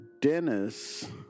Dennis